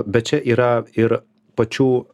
bet čia yra ir pačių